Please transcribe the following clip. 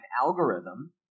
algorithm